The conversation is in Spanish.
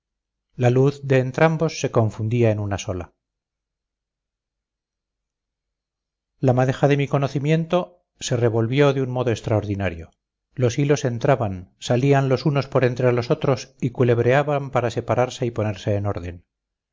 la luz de entrambos se confundía en una sola la madeja de mi conocimiento se revolvió de un modo extraordinario los hilos entraban salían los unos por entre los otros y culebreaban para separarse y ponerse en orden